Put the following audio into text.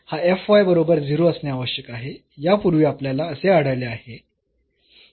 तर हा बरोबर 0 असणे आवश्यक आहे यापूर्वी आपल्याला असे आढळले आहे की हा 0 असणे आवश्यक आहे